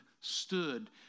stood